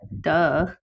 duh